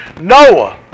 Noah